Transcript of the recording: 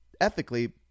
ethically